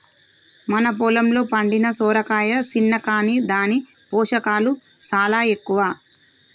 మన పొలంలో పండిన సొరకాయ సిన్న కాని దాని పోషకాలు సాలా ఎక్కువ